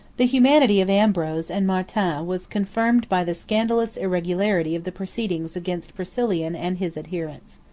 the humanity of ambrose and martin was confirmed by the scandalous irregularity of the proceedings against priscillian and his adherents.